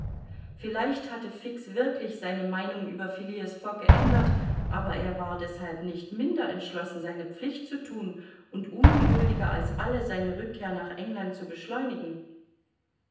vielleicht hatte fix wirklich seine meinung über phileas fogg geändert aber er war deshalb nicht minder entschlossen seine pflicht zu thun und ungeduldiger als alle seine rückkehr nach england zu beschleunigen